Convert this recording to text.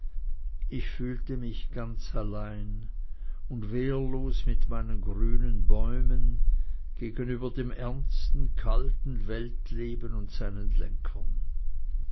ich fühlte mich ganz allein und wehrlos mit meinen grünen bäumen gegenüber dem ernsten kalten weltleben und seinen lenkern